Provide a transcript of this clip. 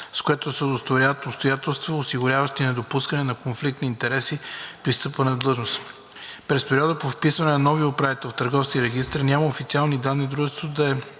с които се удостоверяват обстоятелства, осигуряващи недопускане на конфликт на интереси при встъпване в длъжност. През периода до вписване на новия управител в Търговския регистър няма официални данни дружеството да е